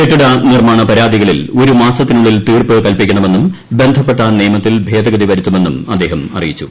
കെട്ടിട ്ന്നൂർമാണ പരാതികളിൽ ഒരു മാസത്തിനുള്ളിൽ തീർപ്പ് കൽപിക്കണമെന്നും ബന്ധപ്പെട്ട നിയമത്തിൽ ഭേദഗതി വരുത്തുമെന്നും അദ്ദേഹം അറിയിച്ചു